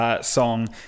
song